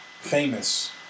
famous